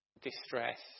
distress